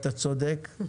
אתה צודק,